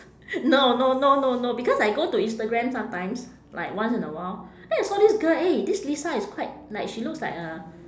no no no no no because I go to instagram sometimes like once in a while then I saw this girl eh this lisa is quite like she looks like a